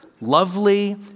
lovely